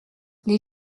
les